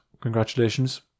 congratulations